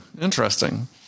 interesting